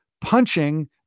punching